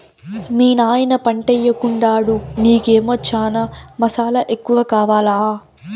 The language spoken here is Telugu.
మీ నాయన పంటయ్యెకుండాడు నీకేమో చనా మసాలా ఎక్కువ కావాలా